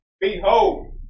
behold